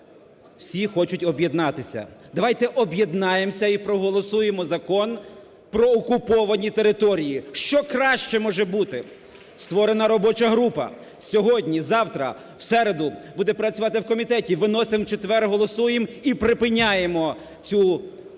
всі хочуть об'єднатися. Давайте об'єднаємося і проголосуємо Закон про окуповані території. Що краще може бути? Створена робоча група. Сьогодні, завтра, у середу буде працювати у комітеті, виносимо у четвер, голосуємо і припиняємо цю торгівлю